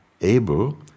able